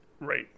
Right